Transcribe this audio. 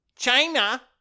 China